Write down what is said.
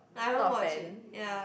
not a fan